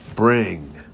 Bring